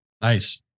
Nice